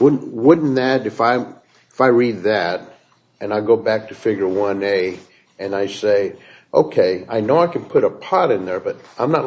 wouldn't that be five if i read that and i go back to figure one day and i say ok i know i can put a pot in there but i'm not